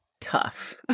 tough